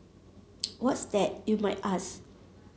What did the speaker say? what's that you might ask